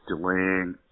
delaying